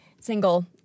single